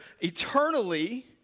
eternally